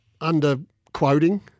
under-quoting